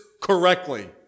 correctly